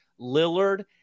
Lillard